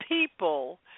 people